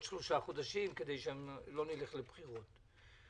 שלושה חודשים כדי שלא נלך לבחירות.